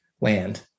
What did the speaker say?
land